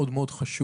זה מאוד מאוד חשוב,